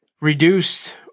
reduced